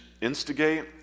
instigate